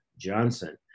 Johnson